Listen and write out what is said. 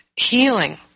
Healing